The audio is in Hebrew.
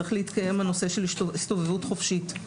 צריך להתקיים הנושא של הסתובבות חופשית.